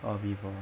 orh vivo